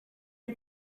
you